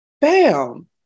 Bam